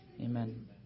Amen